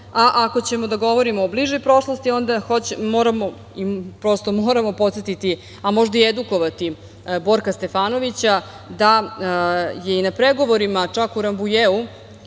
Ako ćemo da govorimo o bližoj prošlosti, onda moramo podsetiti, a možda i edukovati Borka Stefanovića da je i na pregovorima u Rambujeu